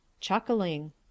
Chuckling